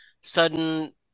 sudden